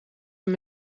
hem